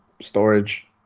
Storage